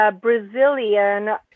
Brazilian